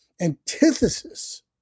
Antithesis